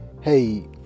hey